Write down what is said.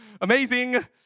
Amazing